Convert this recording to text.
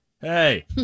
hey